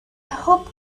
hope